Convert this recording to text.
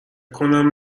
کنم